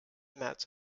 maps